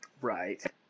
right